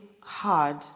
hard